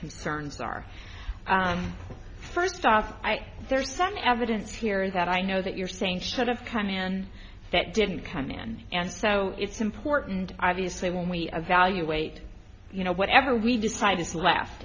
concerns are first off there's some evidence here that i know that you're saying should have come in that didn't come in and so it's important obviously when we evaluate you know whatever we decide is left